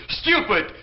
stupid